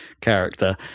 character